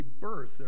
birth